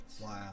Wow